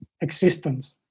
existence